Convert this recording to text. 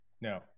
No